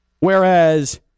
Whereas